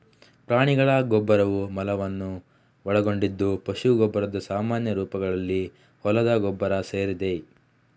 ಪ್ರಾಣಿಗಳ ಗೊಬ್ಬರವು ಮಲವನ್ನು ಒಳಗೊಂಡಿದ್ದು ಪಶು ಗೊಬ್ಬರದ ಸಾಮಾನ್ಯ ರೂಪಗಳಲ್ಲಿ ಹೊಲದ ಗೊಬ್ಬರ ಸೇರಿದೆ